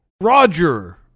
Roger